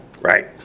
right